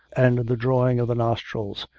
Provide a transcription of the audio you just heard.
and the drawing of the nostrils,